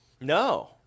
No